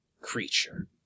creature